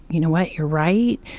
you know what? you're right.